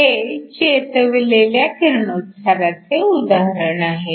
हे चेतवलेल्या किरणोत्साराचे उदाहरण आहे